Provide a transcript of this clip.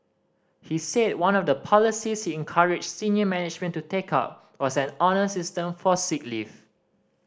he said one of the policies he encouraged senior management to take up was an honour system for sick leave